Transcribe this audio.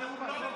להמשיך?